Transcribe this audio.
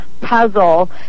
puzzle